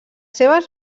seves